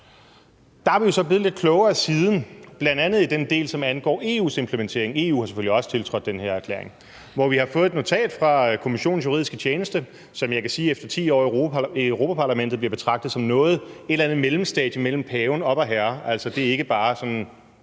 Der er vi jo så blevet lidt klogere siden, bl.a. i forhold til den del, som angår EU's implementering – EU har selvfølgelig også tiltrådt den her erklæring. Her har vi jo fået et notat fra Kommissionens juridiske tjeneste, som jeg efter 10 år i Europa-Parlamentet kan sige bliver betragtet som et eller andet mellemstadie mellem paven og Vorherre – altså, det er jo ikke bare sådan